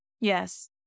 Yes